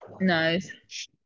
Nice